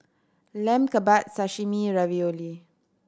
Lamb Kebabs Sashimi Ravioli